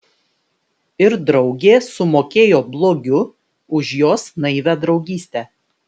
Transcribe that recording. ir draugė sumokėjo blogiu už jos naivią draugystę